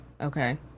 Okay